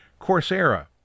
Coursera